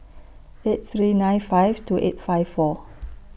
eight three nine five two eight five four